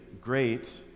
great